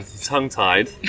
tongue-tied